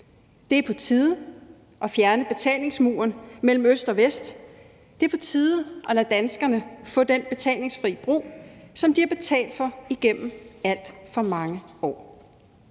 Det er på tide at fjerne betalingsmuren mellem øst og vest, det er på tide at lade danskerne få den betalingsfri bro, som de har betalt for igennem alt for mange år.